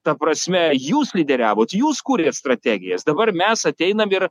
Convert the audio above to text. ta prasme jūs lyderiavot jūs kurėt strategijas dabar mes ateinam ir